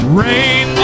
rain